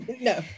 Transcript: No